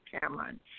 Cameron